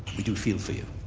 we do feel for you.